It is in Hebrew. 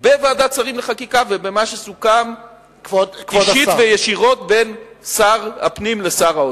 בוועדת שרים לחקיקה ובמה שסוכם אישית וישירות בין שר הפנים לשר האוצר.